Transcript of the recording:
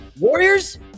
Warriors